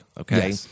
okay